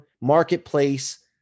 marketplace